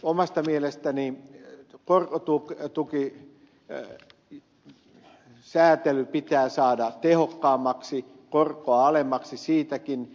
omasta mielestäni tapahtuuko se tuki mitä mä korkotukisäätely pitää saada tehokkaammaksi korkoa alemmaksi nykyisestä